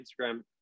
Instagram